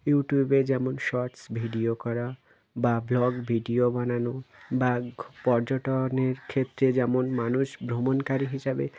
ইউটিউবে যেমন শর্টস ভিডিও করা বা ভ্লগ ভিডিও বানানো বা পর্যটনের ক্ষেত্রে যেমন মানুষ ভ্রমণকারী হিসাবে